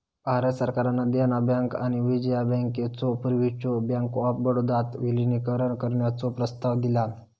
भारत सरकारान देना बँक आणि विजया बँकेचो पूर्वीच्यो बँक ऑफ बडोदात विलीनीकरण करण्याचो प्रस्ताव दिलान